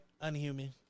unhuman